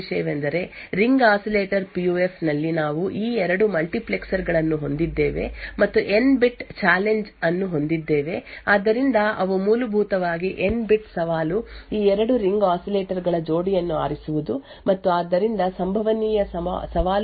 ಆದ್ದರಿಂದ ಗಮನಿಸಬೇಕಾದ 1 ನೇ ವಿಷಯವೆಂದರೆ ರಿಂಗ್ ಆಸಿಲೇಟರ್ ಪಿಯುಎಫ್ ನಲ್ಲಿ ನಾವು ಈ 2 ಮಲ್ಟಿಪ್ಲೆಕ್ಸರ್ ಗಳನ್ನು ಹೊಂದಿದ್ದೇವೆ ಮತ್ತು ಎನ್ ಬಿಟ್ ಚಾಲೆಂಜ್ ಅನ್ನು ಹೊಂದಿದ್ದೇವೆ ಆದ್ದರಿಂದ ಅವು ಮೂಲಭೂತವಾಗಿ ಎನ್ ಬಿಟ್ ಸವಾಲು ಈ 2 ರಿಂಗ್ ಆಸಿಲೇಟರ್ ಗಳ ಜೋಡಿಯನ್ನು ಆರಿಸುವುದು ಮತ್ತು ಆದ್ದರಿಂದ ಸಂಭವನೀಯ ಸವಾಲುಗಳ ಸಂಖ್ಯೆ ಎನ್ ಆಯ್ಕೆ 2 ಆಗಿದೆ